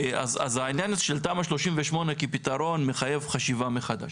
אז העניין של תמ"א 38 כפתרון מחייב חשיבה מחדש.